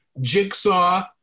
Jigsaw